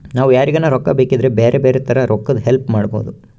ನಾವು ಯಾರಿಗನ ರೊಕ್ಕ ಬೇಕಿದ್ರ ಬ್ಯಾರೆ ಬ್ಯಾರೆ ತರ ರೊಕ್ಕದ್ ಹೆಲ್ಪ್ ಮಾಡ್ಬೋದು